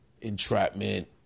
entrapment